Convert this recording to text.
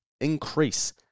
increase